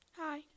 Hi